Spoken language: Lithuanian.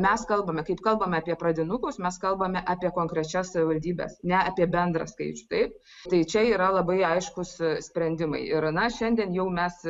mes kalbame kaip kalbame apie pradinukus mes kalbame apie konkrečias savivaldybes ne apie bendrą skaičių taip tai štai čia yra labai aiškūs sprendimai ir na šiandien jau mes